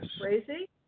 crazy